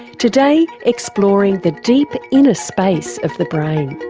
today, exploring the deep inner space of the brain.